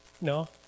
No